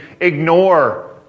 ignore